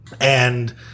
And-